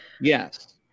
Yes